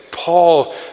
Paul